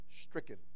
stricken